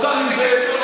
הוא קם עם זה,